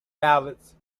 ballots